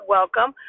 Welcome